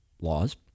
laws